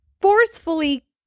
forcefully